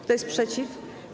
Kto jest przeciw?